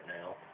now